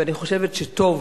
ואני חושבת שטוב